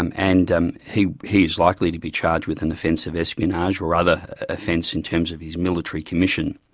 um and um he he is likely to be charged with an offence of espionage or other offence in terms of his military commission.